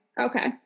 okay